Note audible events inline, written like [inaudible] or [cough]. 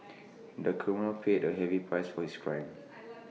[noise] the criminal paid A heavy price for his crime